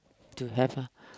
to have ah